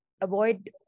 avoid